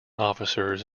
officers